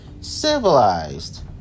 Civilized